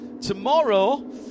Tomorrow